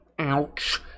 Ouch